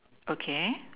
okay